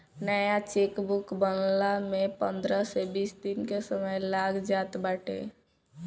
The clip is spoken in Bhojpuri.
नया चेकबुक बनला में पंद्रह से बीस दिन के समय लाग जात बाटे